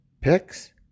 picks